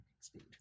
speed